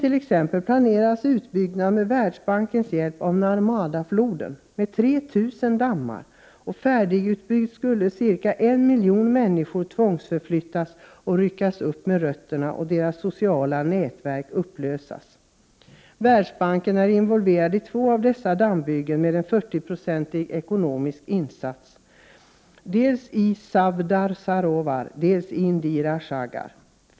I Indien planeras utbyggnad med Världsbankens hjälp av Narmadafloden med 3 000 dammar, och färdigutbyggd skulle ca 1 miljon människor tvångsförflyttas och ryckas upp med rötterna och deras sociala nätverk upplösas. Världsbanken är involverad i två av dessa dammbyggen med en 40-procentig ekonomisk insats dels i Savdar Sarovar, dels i Indira Sagar.